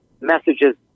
messages